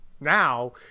now